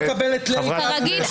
כרגיל,